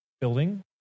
building